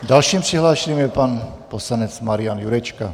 Dalším přihlášeným je pan poslanec Marian Jurečka.